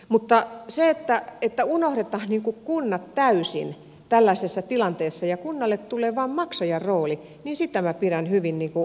mutta sitä että unohdetaan kunnat täysin tällaisessa tilanteessa ja kunnalle tulee vain maksajan rooli minä pidän hyvin erikoisena juttuna